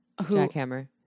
Jackhammer